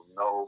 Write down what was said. no